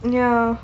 ya